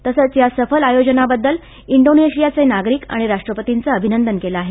तसंच या सफल आयोजनाबद्दल इंडोनेशियाचे नागरिक आणि राष्ट्रपतींचं अभिनंदन केलं आहे